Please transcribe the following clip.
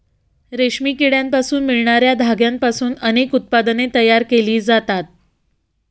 रेशमी किड्यांपासून मिळणार्या धाग्यांपासून अनेक उत्पादने तयार केली जातात